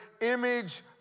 image